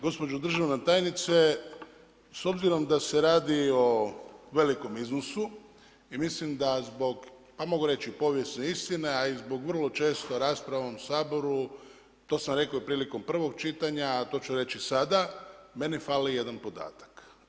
Gospođo državna tajnice, s obzirom da se radi o velikom iznosu i mislim da zbog, a mogu reći povijesne istine a i zbog vrlo česte rasprave u ovom Saboru, to sam rekao i prilikom prvog čitanja a to ću reći i sada, meni fali jedan podatak.